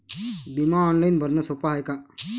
बिमा ऑनलाईन भरनं सोप हाय का?